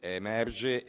emerge